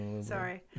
Sorry